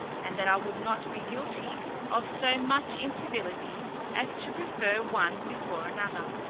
and that i would not be guilty of so much incivility as to prefer one before another.